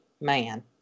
man